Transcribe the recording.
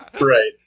right